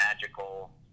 magical